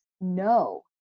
no